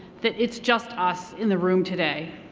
that it's just us in the room today.